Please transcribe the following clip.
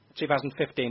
2015